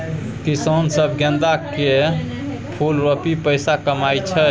किसानो सब गेंदा केर फुल रोपि पैसा कमाइ छै